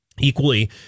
equally